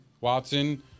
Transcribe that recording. Watson